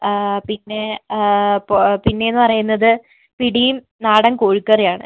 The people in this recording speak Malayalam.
പിന്നെ പിന്നെ എന്ന് പറയുന്നത് പിടിയും നാടൻ കോഴി കറിയും ആണ്